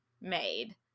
made